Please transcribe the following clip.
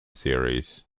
series